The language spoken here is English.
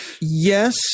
Yes